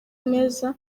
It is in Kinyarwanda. neza